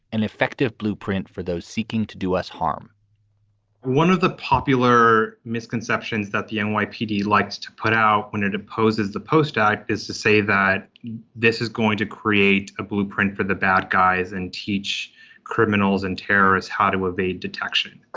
an effective blueprint for those seeking to do us harm one of the popular misconceptions that the and nypd likes to put out when it opposes the postdoc is to say that this is going to create a blueprint for the bad guys and teach criminals and terrorists how to evade detection.